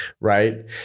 right